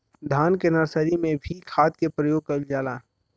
धान के नर्सरी में भी खाद के प्रयोग कइल जाला?